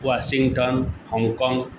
Washington Hong Kong